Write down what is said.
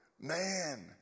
Man